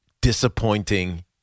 disappointing